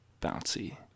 bouncy